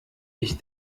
ich